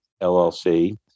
LLC